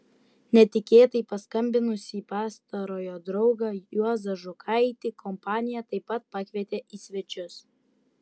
netikėtai paskambinusį pastarojo draugą juozą žukaitį kompanija taip pat pakvietė į svečius